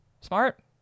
smart